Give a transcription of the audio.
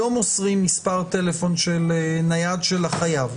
שלא מוסרים מספר טלפון נייד של החייב.